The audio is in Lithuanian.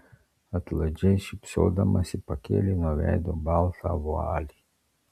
atlaidžiai šypsodamasi pakėlė nuo veido baltą vualį